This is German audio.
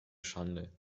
schande